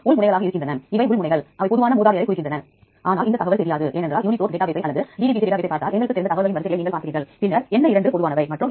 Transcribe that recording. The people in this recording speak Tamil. லியூஸின் குறியீட்டில் ஆறு குறியீடுகளும் ட்ரிப்டோபான் குறியீட்டில் ஒரே ஒரு குறியீடும் இருப்பதால் இருக்கலாம்